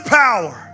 power